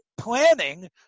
planning